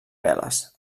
veles